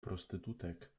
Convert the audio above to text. prostytutek